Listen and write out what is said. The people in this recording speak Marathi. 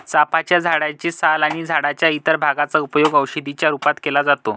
चाफ्याच्या झाडे चे साल आणि झाडाच्या इतर भागांचा उपयोग औषधी च्या रूपात केला जातो